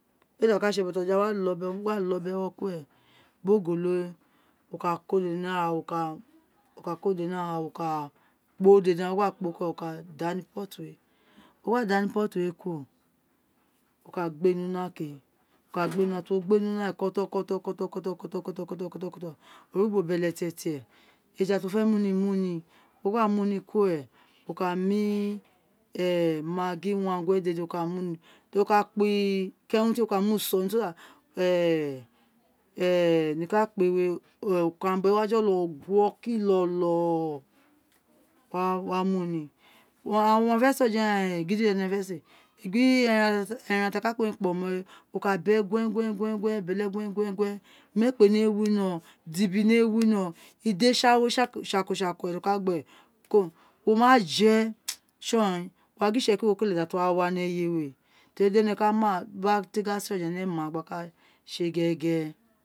Ɛ gbé ti a gba sé bọjọ ghawé biri ogolo wé wo ka ko dede ni ara wo ka kpo dede, ti uwo gba kpo kuro wo ka dà ni pot wé ti uwo gba dà ni pot wé kuro wo ka gbéè ni una kéè wo ka gbéè ni una ti uwo gbé è ni una rẹn wo lo bẹlẹtietie ẹja ti uwo fẹ mu ni mu ni ti uwo gba múù ni kuro ren wo ka mu maggi nibiri uwangue dede wo ka mu níì wo ka kpa ikẹwun tié ka mu sọ ni so that niko ọwun á kpé è wé è ikaranbo wé wa múù ni wo ma fe sé ojẹ ighaan rẹn gidijẹ owun aghan fẹ sé biri ẹran ti a ka kpé wun kpomo wé wo ka bu guen imekpe winoron idibi winoron ide saghoro ẹnẹ ka gbẹn wo ma jé è son in wo ka ma gin itsẹkiri wo kele datu wa ni ẹyé wé è teri di ẹnẹ ka ma biri a té ka sé ọjẹ gba ṣé gẹrẹ gẹrẹ